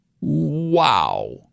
Wow